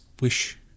wish